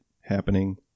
happening